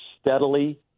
steadily